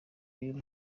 y’uyu